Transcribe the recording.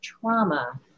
trauma